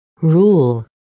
Rule